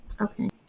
okay